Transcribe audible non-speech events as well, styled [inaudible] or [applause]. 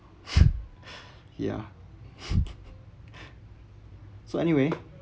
[laughs] ya [laughs] so anyway